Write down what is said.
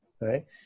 Right